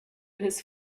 his